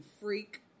freak